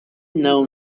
know